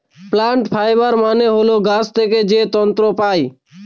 plant fibre মানে হল গাছ থেকে যে তন্তু পায়